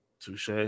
Touche